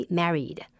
married